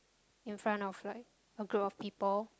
in front of like a group of people